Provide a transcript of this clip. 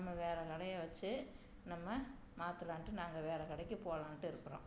நம்ம வேறு கடையவச்சு நம்ம மாற்றுலான்ட்டு நாங்கள் வேறு கடைக்கு போகலான்ட்டு இருக்கிறோம்